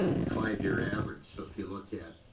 a five year average so if you look at